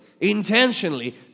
intentionally